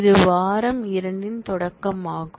இது வாரம் 2 இன் தொடக்கமாகும்